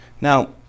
Now